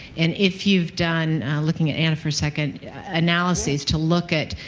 and if you've done looking at anna for a second analyses to look at,